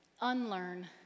Unlearn